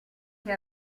che